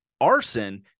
arson